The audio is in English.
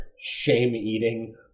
shame-eating